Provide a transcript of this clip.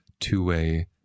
two-way